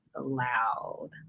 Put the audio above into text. loud